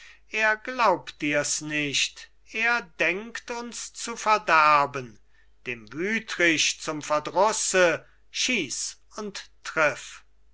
er glaubt dir's nicht er denkt uns zu verderben dem wütrich zum verdrusse schiess und triff